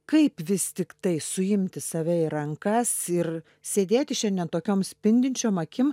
kaip vis tiktai suimti save į rankas ir sėdėti šiandien tokiom spindinčiom akim